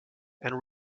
and